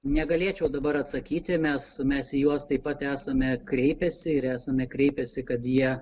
negalėčiau dabar atsakyti mes mes į juos taip pat esame kreipęsi ir esame kreipęsi kad jie